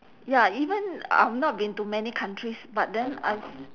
ya even I'm not been to many countries but then I've